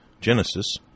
Genesis